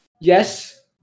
Yes